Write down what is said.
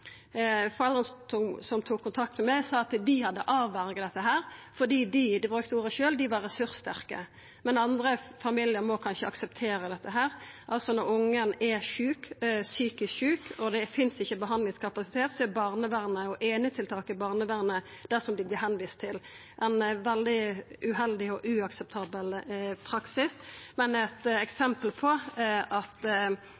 Foreldra som tok kontakt med meg, sa at dei hadde stansa dette fordi dei var ressurssterke – og dei brukte sjølve dette ordet. Men andre familiar må kanskje akseptera at når ungen er psykisk sjuk og det ikkje finst behandlingskapasitet, så er einetiltak i barnevernet det dei vert viste til. Det er ein veldig uheldig og uakseptabel praksis, men eit